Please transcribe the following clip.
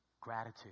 Gratitude